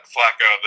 Flacco